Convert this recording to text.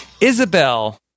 Isabel